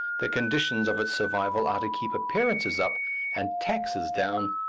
the conditions of its survival are to keep appearances up and taxes down,